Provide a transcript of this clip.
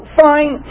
fine